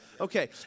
Okay